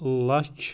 لَچھ